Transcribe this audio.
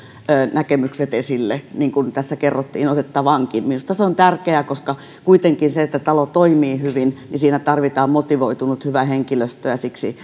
näkemykset esille niin kuin tässä kerrottiin otettavankin minusta se on tärkeää koska kuitenkin siinä että talo toimii hyvin tarvitaan motivoitunut hyvä henkilöstö ja siksi